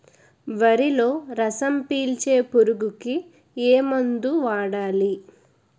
వరిలో రసం పీల్చే పురుగుకి ఏ మందు వాడాలి?